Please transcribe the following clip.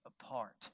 apart